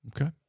Okay